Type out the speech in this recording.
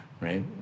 right